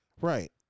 Right